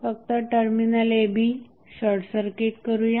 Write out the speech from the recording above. फक्त terminal a b short circuit करूया